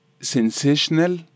sensational